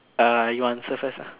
uh you answer first ah